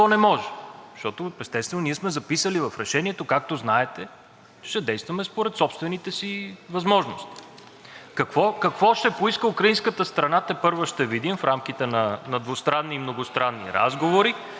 Какво ще поиска украинската страна, тепърва ще видим в рамките на двустранни и многостранни разговори, но Решението казва ясно, че трябва да помогнем с каквото можем.